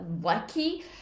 lucky